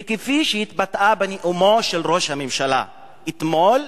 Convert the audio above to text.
וכפי שהתבטא בנאומו של ראש הממשלה אתמול,